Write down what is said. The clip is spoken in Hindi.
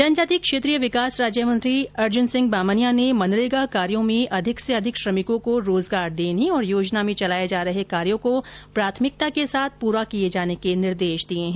जनजाति क्षेत्रीय विकास राज्यमंत्री अर्ज्नसिंह बामनिया ने मनरेगा कार्यो में अधिक से अधिक श्रमिकों को रोजगार देने और योजना में चलाए जा रहे कार्यो को प्राथमिकता के साथ पूरा किये जाने के निर्देश दिए है